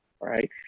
right